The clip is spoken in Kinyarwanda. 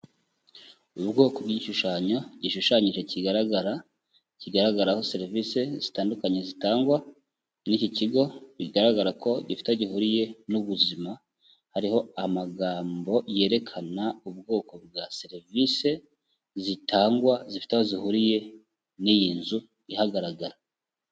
Ubu bwoko bw'igishushanyo gishushanyije kigaragara, kigaragaraho serivisi zitandukanye zitangwa n'iki kigo, bigaragara ko gifite gihuriye n'ubuzima, hariho amagambo yerekana ubwoko bwa serivisi zitangwa zifite aho zihuriye n'iyi nzu ihagaragara.